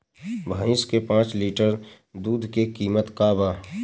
भईस के पांच लीटर दुध के कीमत का बा?